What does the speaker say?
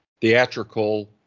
theatrical